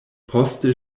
poste